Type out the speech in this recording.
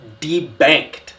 debanked